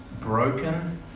broken